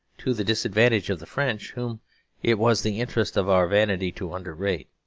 to the disadvantage of the french, whom it was the interest of our vanity to underrate.